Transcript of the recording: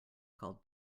called